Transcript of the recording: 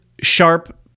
sharp